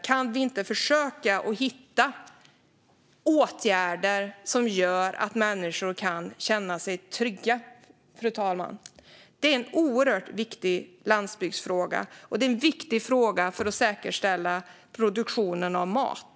Kan vi inte försöka hitta åtgärder så att människor kan känna sig trygga, fru talman? Det är en oerhört viktig landsbygdsfråga och en viktig fråga för att säkerställa produktionen av mat.